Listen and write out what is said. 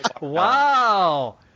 Wow